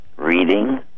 reading